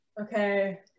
Okay